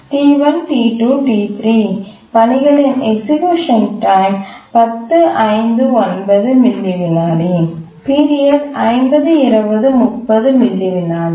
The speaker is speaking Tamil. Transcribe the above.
T1 T2 T3 பணிகளின் எக்சிக்யூஷன் டைம் 10 5 9 மில்லி விநாடி பீரியட் 50 20 30 மில்லி விநாடி